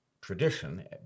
tradition